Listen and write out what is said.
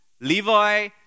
levi